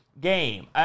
game